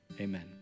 Amen